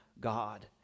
God